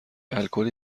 الکلی